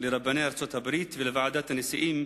לרבני ארצות-הברית ולוועידת הנשיאים